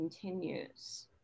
continues